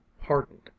hardened